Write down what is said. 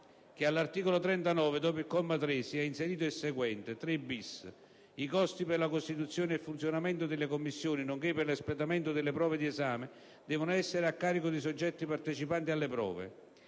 che all'articolo 39, dopo il comma 3, sia inserito il seguente: "3-*bis*. I costi per la costituzione e il funzionamento delle commissioni nonché per l'espletamento delle prove di esame devono essere a carico dei soggetti partecipanti alle prove.";